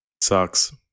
sucks